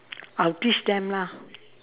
I'll teach them lah